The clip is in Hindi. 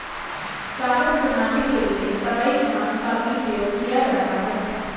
कागज बनाने के लिए सबई घास का भी प्रयोग किया जाता है